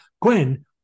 Gwen